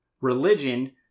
religion